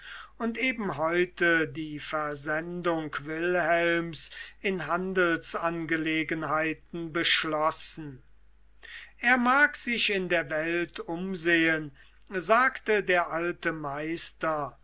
und eben heute die versendung wilhelms in handelsangelegenheiten beschlossen er mag sich in der welt umsehen sagte der alte meister